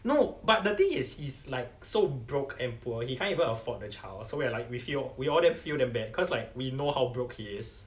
no but the thing is he's like so broke and poor he can't even afford the child so we're like with him we all feel damn bad cause like we know how broke he is